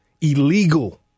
illegal